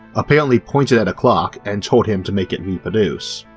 apparently pointed at a clock and told him to make it reproduce.